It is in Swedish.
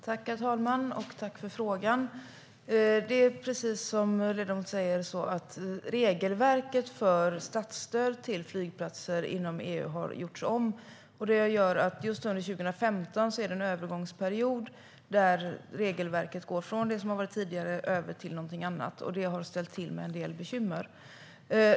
Herr talman! Jag tackar för frågan. Precis som ledamoten säger har regelverket för statsstöd till flygplatser inom EU gjorts om. Just under 2015 är det en övergångsperiod då regelverket går från det som har gällt tidigare till någonting annat. Det har ställt till med en del bekymmer.